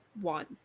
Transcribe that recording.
one